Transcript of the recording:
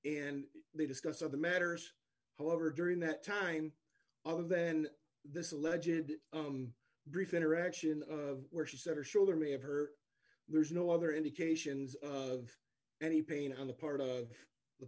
and they discuss other matters however during that time of then this allegedly brief interaction of where she said her shoulder may have her there's no other indications of any pain on the part of the